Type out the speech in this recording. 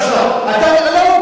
לא.